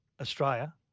Australia